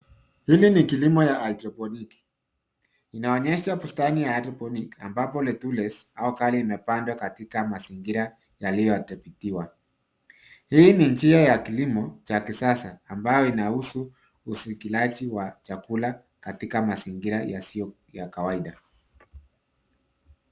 Hili ni kilimo ya hidroponiki. Inaonyesha bustani ya (cs)hydroponic(cs) ambapo (cs)lettuce(cs) au kali limepandwa katika mazingira yailiyoatapikiliwa. Hii ni njia ya kilimo cha kisasa ambacho inahusu usikiliaji wa chakula katika mazingira yasiyo ya kawaida.